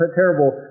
terrible